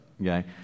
okay